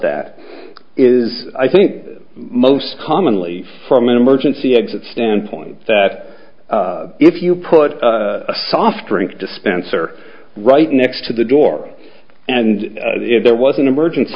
that is i think most commonly from an emergency exit standpoint that if you put a soft drink dispenser right next to the door and if there was an emergency